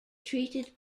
treated